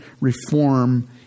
reform